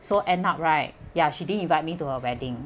so end up right ya she didn't invite me to her wedding